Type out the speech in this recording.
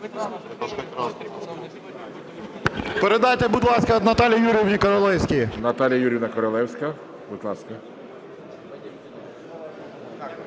Передайте, будь ласка, Наталії Юріївні Королевській. ГОЛОВУЮЧИЙ. Наталія Юріївна Королевська, будь ласка.